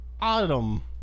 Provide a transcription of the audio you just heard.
autumn